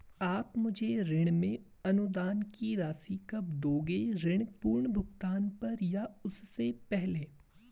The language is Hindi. आप मुझे ऋण में अनुदान की राशि कब दोगे ऋण पूर्ण भुगतान पर या उससे पहले?